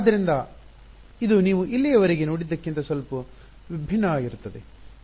ಆದ್ದರಿಂದ ಇದು ನೀವು ಇಲ್ಲಿಯವರೆಗೆ ನೋಡಿದ್ದಕ್ಕಿಂತ ಸ್ವಲ್ಪ ಭಿನ್ನವಾಗಿರುತ್ತದೆ